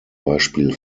beispiel